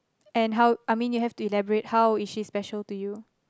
and how I mean you have to elaborate how is she special to you